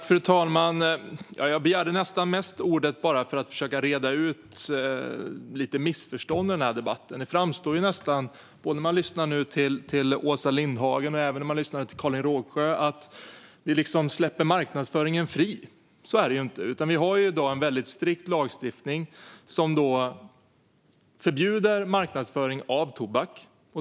Fru talman! Jag begärde ordet nästan mest för att försöka reda ut några missförstånd i debatten. Det framställs nästan som att vi släpper marknadsföringen fri. Det lät nästan på det viset när man lyssnade till Åsa Lindhagen och tidigare till Karin Rågsjö. Men så är det ju inte. Vi har en väldigt strikt lagstiftning som förbjuder marknadsföring av tobak.